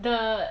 and then